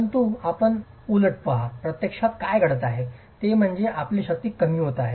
परंतु आपण उलट पहा प्रत्यक्षात काय घडत आहे ते म्हणजे आपली शक्ती कमी होत आहे